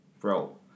bro